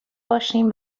باشیم